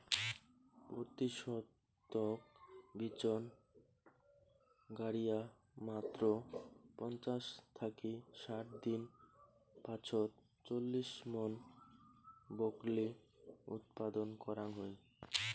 পত্যি শতক বিচন গাড়িয়া মাত্র পঞ্চাশ থাকি ষাট দিন পাছত চল্লিশ মন ব্রকলি উৎপাদন করাং হই